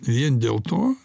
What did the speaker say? vien dėl to